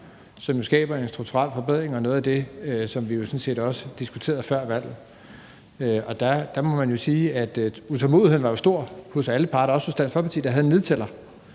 som skaber en strukturel forbedring og er noget af det, vi sådan set også diskuterede før valget. Der må man jo sige, at utålmodigheden var stor hos alle parter, også hos Dansk